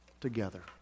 together